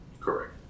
Correct